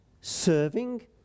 serving